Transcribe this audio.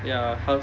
ya !huh!